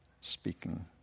speaking